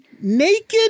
naked